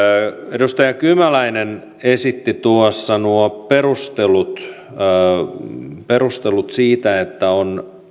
edustaja kymäläinen esitti tuossa nuo perustelut siitä että on